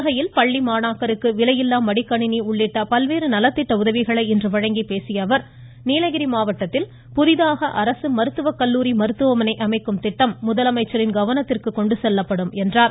உதகையில் பள்ளி மாணாக்கருக்கு விலையில்லா மடிக்கணிணி உள்ளிட்ட நலத்திட்ட உதவிகளை வழங்கிப் பேசிய அவர் நீலகிரி மாவட்டத்தில் புதிதாக அரசு மருத்துவக்கல்லூரி மற்றும் மருத்துவமணை அமைக்கும் திட்டம் முதலமைச்சரின் கவனத்திற்கு கொண்டு செல்லப்படும் என்றார்